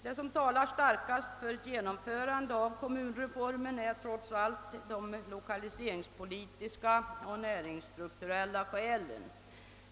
Det som talar starkast för ett genomförande av kommunreformen är trots allt de lokaliseringspolitiska och näringsstrukturella skälen.